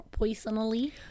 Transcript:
Poisonally